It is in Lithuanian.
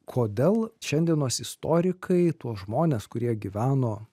kodėl šiandienos istorikai tuos žmones kurie gyveno